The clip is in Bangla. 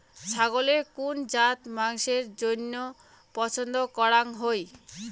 ছাগলের কুন জাত মাংসের জইন্য পছন্দ করাং হই?